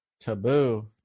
Taboo